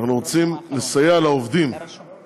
אנחנו רוצים לסייע לעובדים